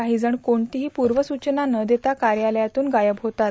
काहीजण कोणतीही पूर्वसूचना न देता कार्यालयातून गायब होतात